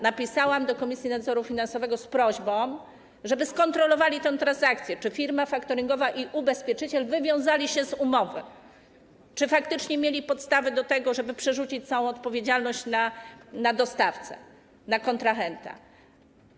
Napisałam do Komisji Nadzoru Finansowego z prośbą, żeby skontrolowali tę transakcję, czy firma faktoringowa i ubezpieczyciel wywiązali się z umowy, czy faktycznie mieli podstawy do tego, żeby przerzucić całą odpowiedzialność na dostawcę, na kontrahenta.